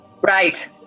Right